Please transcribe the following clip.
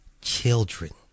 children